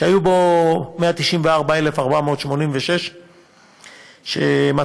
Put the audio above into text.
שהיו בו 194,486. יש